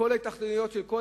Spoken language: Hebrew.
כל ההתאחדויות של כל